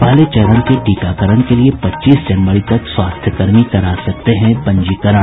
पहले चरण के टीकाकरण के लिए पच्चीस जनवरी तक स्वास्थ्य कर्मी करा सकते हैं पंजीकरण